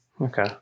Okay